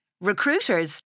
Recruiters